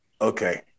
Okay